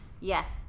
yes